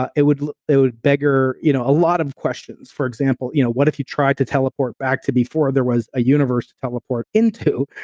ah it would it would beggar you know a lot of questions. for example, you know what if you tried to teleport back to before there was a universe to teleport into?